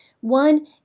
One